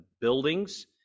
buildings